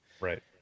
right